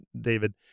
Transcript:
David